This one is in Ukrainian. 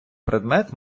предмет